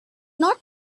not